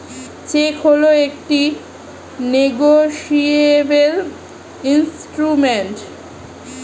check হল একটি negotiable instrument